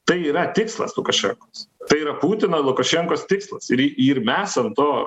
tai yra tikslas lukašenkos tai yra putino lukašenkos tikslas ir mes ant to